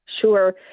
Sure